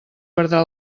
perdrà